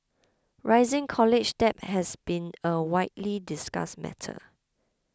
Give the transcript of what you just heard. rising college debt has been a widely discussed matter